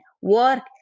work